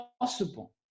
possible